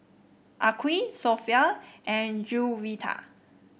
Aqil Sofea and Juwita